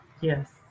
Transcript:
Yes